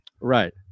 Right